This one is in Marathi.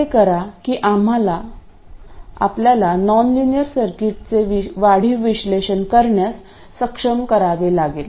असे करा की आम्हाला नॉनलिनियर सर्किट्सचे वाढीव विश्लेषण करण्यास सक्षम करावे लागेल